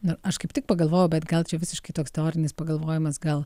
nu aš kaip tik pagalvojau bet gal čia visiškai toks teorinis pagalvojimas gal